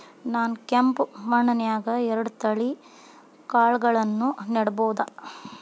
ನಾನ್ ಕೆಂಪ್ ಮಣ್ಣನ್ಯಾಗ್ ಎರಡ್ ತಳಿ ಕಾಳ್ಗಳನ್ನು ನೆಡಬೋದ?